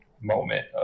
moment